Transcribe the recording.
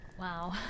Wow